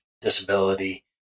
disability